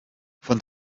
von